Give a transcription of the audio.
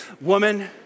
woman